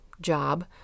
job